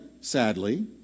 sadly